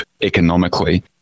economically